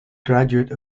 graduate